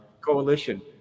coalition